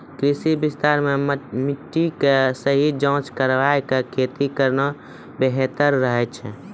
कृषि विस्तार मॅ मिट्टी के सही जांच कराय क खेती करना बेहतर रहै छै